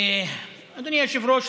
אדוני היושב-ראש,